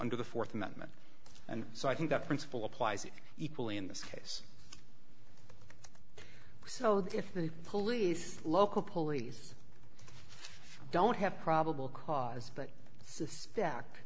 under the th amendment and so i think that principle applies equally in this case so that if the police local police don't have probable cause but this